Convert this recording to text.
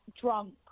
drunk